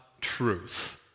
truth